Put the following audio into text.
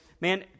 Man